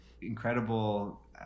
incredible